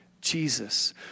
Jesus